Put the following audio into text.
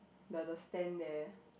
the the stand there